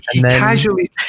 casually